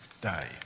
day